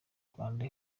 rwanda